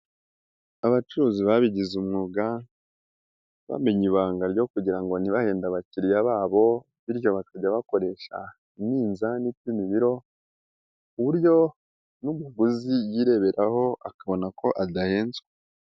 Abacuruzi babijyize umwuga bamenye ibanga ryo kugirango ntibahende abakiriya babo bityo bakajya bakoresha iminzani ipima ibiro kuburyo n'umuguzi yireberaho akabonako adahenzwe.